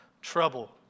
trouble